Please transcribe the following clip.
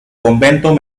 convento